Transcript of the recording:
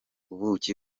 ubuki